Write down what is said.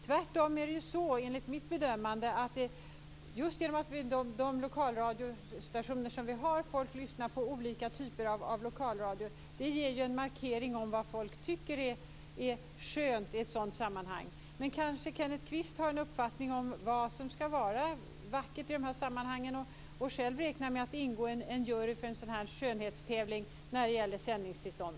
Tvärtom visar de lokalradiostationer vi har - att folk lyssnar på olika typer av lokalradio - vad folk tycker är skönt i sådana sammanhang. Men kanske Kenneth Kvist har en uppfattning om vad som skall vara vackert i de sammanhangen och själv räknar med att ingå i en jury för en skönhetstävling för sändningstillstånd.